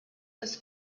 was